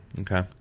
okay